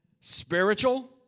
spiritual